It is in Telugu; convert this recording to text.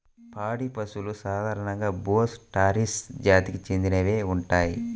పాడి పశువులు సాధారణంగా బోస్ టారస్ జాతికి చెందినవే ఉంటాయి